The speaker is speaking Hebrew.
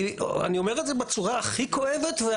אני אומר את זה בצורה הכי כואבת.